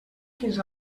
fins